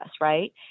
right